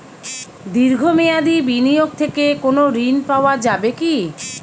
দীর্ঘ মেয়াদি বিনিয়োগ থেকে কোনো ঋন পাওয়া যাবে কী?